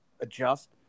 adjust